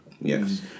Yes